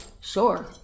Sure